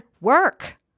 work